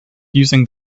using